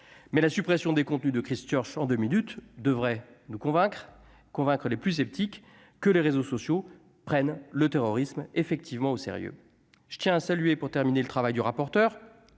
mais la suppression des contenus de Christchurch en 2 minutes, devrait nous convaincre, convaincre les plus sceptiques que les réseaux sociaux prennent le terrorisme effectivement au sérieux, je tiens à saluer pour terminer le travail du rapporteur